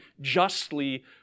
justly